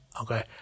okay